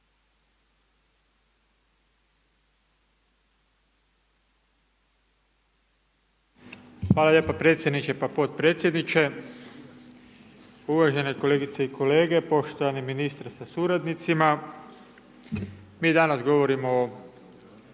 Hvala lijepa predsjedniče pa potpredsjedniče, uvažene kolegice i kolege, poštovani ministre sa suradnicima. Mi danas govorimo o